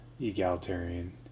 Egalitarian